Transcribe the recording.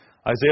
Isaiah